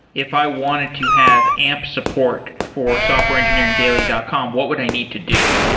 if i wanted to have amp support for softwareengineeringdaily dot com, what would i need to do?